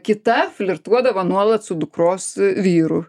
kita flirtuodavo nuolat su dukros vyru